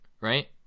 right